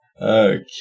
Okay